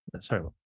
sorry